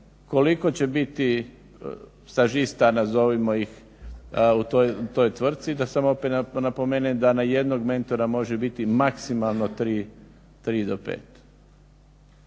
koliko će biti stažista nazovimo ih u toj tvrtci. Da samo opet napomenem da na jednog mentora može biti maksimalno 3 do 5.